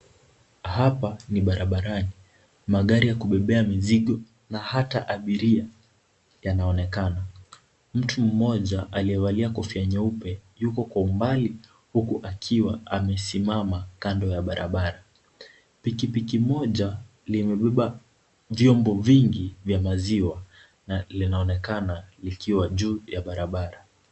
Hapa ni barabarani, magari ya kubebea mizigo na hata abiria yanaonekana. Mtu mmoja aliyevalia kofia nyeupe yuko kwa umbali, huku akiwa amesimama kando ya barabara. Pikipiki moja limebeba vyombo vingi vya maziwa, na linaonekana likiwa juu ya barabara.